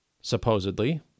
Supposedly